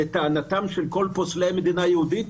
לטענתם של כל פוסלי המדינה היהודית,